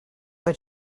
but